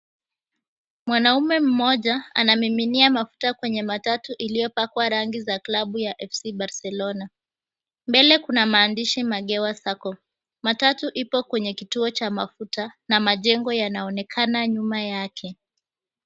Mwanamume mmoja anamiminia mafuta kwenye matatu iliyopakwa rangi za klabu ya FC Barcelona. Mbele kuna maandishi, "Magewa Sacco". Matatu ipo kwenye kituo cha mafuta, na majengo yanaonekana nyuma yake.